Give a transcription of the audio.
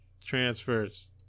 Transfers